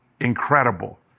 incredible